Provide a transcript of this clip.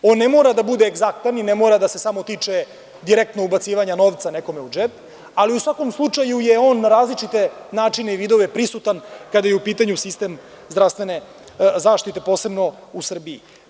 On ne mora da bude egzaktan i ne mora da se samo tiče direktno ubacivanja novca nekome u džep, ali u svakom slučaju je on na različite načine i vidove prisutan kada je u pitanju sistem zdravstvene zaštite, posebno u Srbiji.